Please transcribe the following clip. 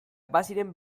baziren